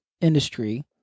industry